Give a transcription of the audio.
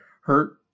hurt